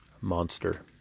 Monster